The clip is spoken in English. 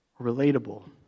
relatable